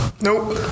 nope